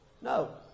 No